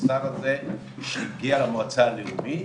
המסמך הזה הגיע למועצה הלאומית,